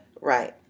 Right